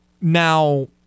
Now